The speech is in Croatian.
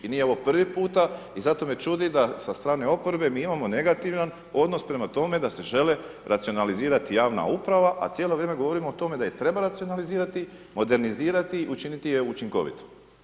I nije ovo prvi puta i zato me čudi da sa strane oporbe mi imamo negativan odnos prema tome da se žele racionalizirati javna uprava, a cijelo vrijeme govorimo o tome da je treba racionalizirati, modernizirati učiniti je učinkovitom.